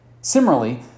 Similarly